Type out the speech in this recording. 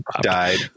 died